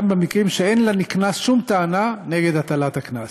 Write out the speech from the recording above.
גם במקרים שאין לנקנס שום טענה נגד הטלת הקנס.